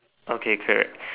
okay correct